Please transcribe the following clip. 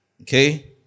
Okay